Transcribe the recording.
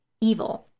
evil